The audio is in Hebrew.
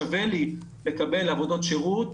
שווה לי לקבל עבודות שירות,